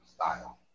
style